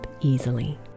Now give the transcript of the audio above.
easily